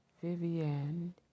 Vivian